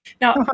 Now